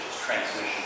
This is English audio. transmission